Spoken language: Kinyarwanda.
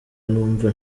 numva